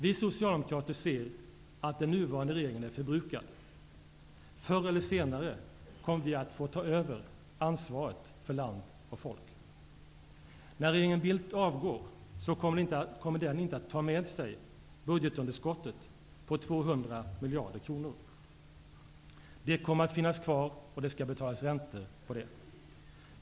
Vi socialdemokrater anser att den nuvarande regeringen är förbrukad. Förr eller senare kommer vi att få ta över ansvaret för land och folk. När regeringen Bildt avgår, kommer den inte att ta med sig budgetunderskottet på 200 miljarder kronor. Det kommer att finnas kvar, och det skall betalas räntor på det.